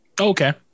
Okay